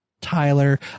tyler